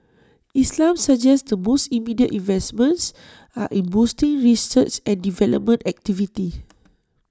islam suggests the most immediate investments are in boosting research and development activity